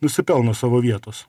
nusipelno savo vietos